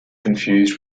confused